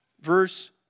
verse